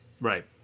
Right